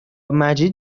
مجید